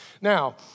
Now